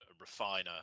refiner